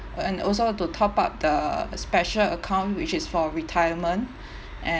and also to top up the special account which is for retirement